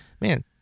man